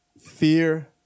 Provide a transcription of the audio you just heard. Fear